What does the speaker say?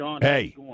Hey